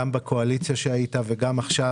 גם כשהיית בקואליציה וגם עכשיו,